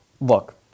Look